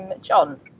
John